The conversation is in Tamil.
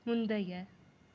முந்தைய